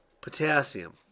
potassium